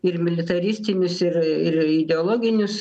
ir militaristinius ir ir ideologinius